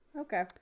Okay